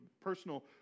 personal